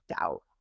out